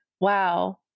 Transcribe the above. wow